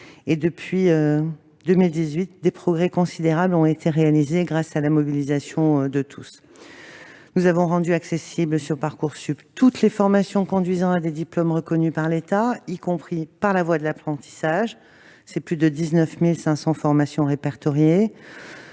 et, depuis 2018, des progrès considérables ont été réalisés grâce à la mobilisation de tous. Nous avons tout d'abord rendu accessibles sur Parcoursup toutes les formations conduisant à des diplômes reconnus par l'État, y compris par la voie de l'apprentissage. Aujourd'hui, plus de 19 500 formations sont répertoriées.